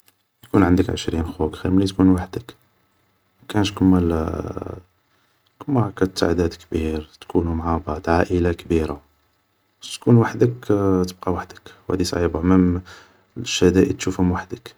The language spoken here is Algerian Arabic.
يكون عندك عشرين خوك خير ملي تكون وحدك مكانش كيما هاكا تعداد كبير تكونو مع بعض عائلة كبيرة باش تكون وحدك تبقى وحدك و هادي صعيبة مام الشدائد تشوفهم وحدك